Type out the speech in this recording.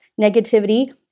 negativity